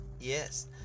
Yes